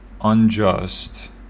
unjust